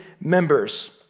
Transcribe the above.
members